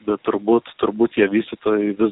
bet turbūt turbūt tie vystytojai vis